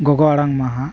ᱜᱚᱜᱚ ᱟᱲᱟᱝ ᱢᱟᱦᱟ